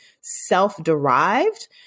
self-derived